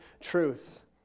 truth